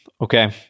okay